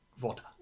water